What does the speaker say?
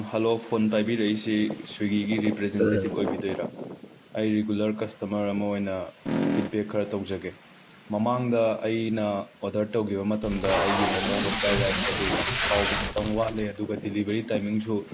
hello phone ꯄꯥꯏꯕꯤꯔꯛꯏꯁꯤ ꯁ꯭ꯋꯤꯒꯤꯒꯤ representative ꯑꯣꯏꯕꯤꯗꯣꯏꯔ ꯑꯩ ꯔꯤꯒꯨꯂꯔ ꯀꯁꯇꯃꯔ ꯑꯃ ꯑꯣꯏꯅ ꯐꯤꯠꯕꯦꯛ ꯈꯔ ꯇꯧꯖꯒꯦ ꯃꯃꯥꯡꯗ ꯑꯩꯅ ꯑꯣꯔꯗꯔ ꯇꯧꯘꯤꯕ ꯃꯇꯝꯗ ꯑꯩꯒꯤ ꯃꯣꯃꯣꯃꯒ ꯐ꯭ꯔꯥꯏ ꯔꯥꯏꯁꯀꯗꯨ ꯍꯥꯎꯕ ꯈꯤꯛꯇꯪ ꯋꯥꯠꯂꯦ ꯑꯗꯨꯒ ꯗꯤꯂꯤꯕꯔꯤ ꯇꯥꯏꯃꯤꯡꯁꯨ